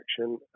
action